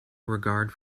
regard